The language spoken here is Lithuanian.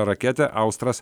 raketė austras